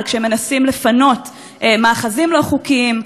כשהם מנסים לפנות מאחזים לא חוקיים.